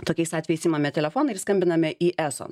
tokiais atvejais imame telefoną ir skambiname į eso